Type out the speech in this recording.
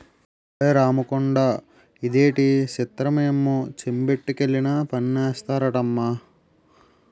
ఒలే రాముకొండా ఇదేటి సిత్రమమ్మో చెంబొట్టుకెళ్లినా పన్నేస్తారటమ్మా